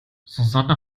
susanne